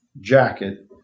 jacket